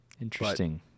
Interesting